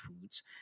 foods